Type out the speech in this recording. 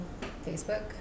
Facebook